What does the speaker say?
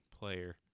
player